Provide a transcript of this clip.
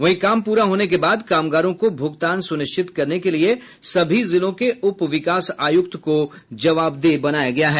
वहीं काम पूरा होने के बाद कामगारों को भुगतान सुनिश्चित करने के लिए सभी जिलों के उप विकास आयुक्त को जवाबदेह बनाया गया है